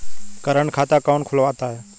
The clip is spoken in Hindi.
करंट खाता कौन खुलवाता है?